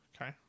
Okay